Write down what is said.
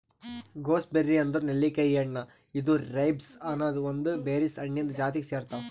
gooseberry ಅಂದುರ್ ನೆಲ್ಲಿಕಾಯಿ ಹಣ್ಣ ಇದು ರೈಬ್ಸ್ ಅನದ್ ಒಂದ್ ಬೆರೀಸ್ ಹಣ್ಣಿಂದ್ ಜಾತಿಗ್ ಸೇರ್ತಾವ್